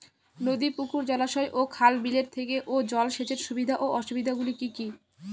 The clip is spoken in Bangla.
নদী পুকুর জলাশয় ও খাল বিলের থেকে জল সেচের সুবিধা ও অসুবিধা গুলি কি কি?